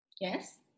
Yes